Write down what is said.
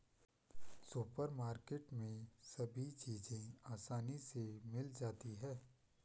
supermarket में सभी चीज़ें आसानी से मिल जाती है